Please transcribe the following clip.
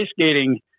skating